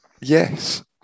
Yes